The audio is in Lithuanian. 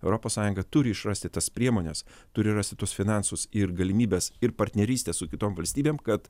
europos sąjunga turi išrasti tas priemones turi rasti tuos finansus ir galimybes ir partnerystę su kitom valstybėm kad